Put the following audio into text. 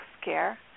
scare